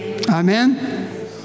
Amen